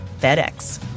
FedEx